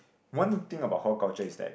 one thing about hawker culture is that